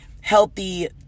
healthy